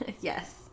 yes